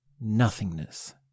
nothingness